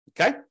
Okay